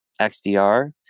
XDR